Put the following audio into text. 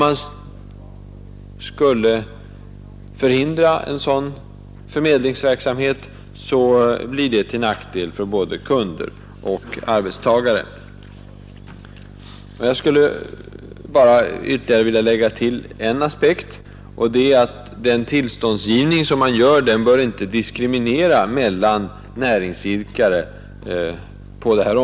Att förhindra en sådan förmedlingsverksamhet är till nackdel för både kunder och arbetstagare. Jag skulle vilja lägga till en synpunkt. Tillståndsgivningen bör inte diskriminera mellan olika näringsidkare.